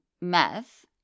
meth